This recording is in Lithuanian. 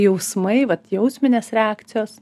jausmai vat jausminės reakcijos